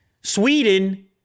Sweden